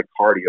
cardio